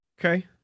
Okay